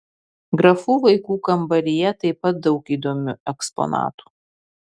grafų vaikų kambaryje taip pat daug įdomių eksponatų